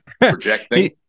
projecting